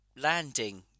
landing